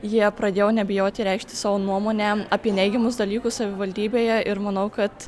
jie pradėjo nebijoti reikšti savo nuomonę apie neigiamus dalykus savivaldybėje ir manau kad